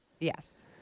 Yes